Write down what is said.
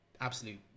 absolute